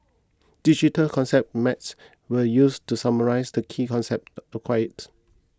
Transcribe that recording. digital concept maps were used to summarise the key concepts acquired